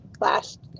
last